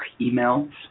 emails